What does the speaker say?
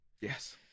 yes